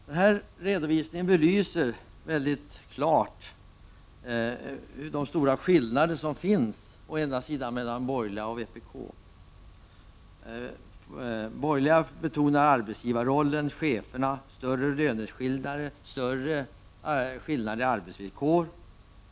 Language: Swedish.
Denna redovisning belyser mycket klart de stora skillnader som råder mellan de borgerliga och vpk. De borgerliga betonar arbetsgivarrollen, cheferna, större löneskillnader och större skillnader i arbetsvillkor.